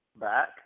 back